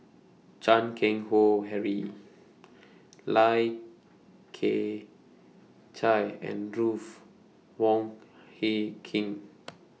Chan Keng Howe Harry Lai Kew Chai and Ruth Wong Hie King